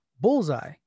Bullseye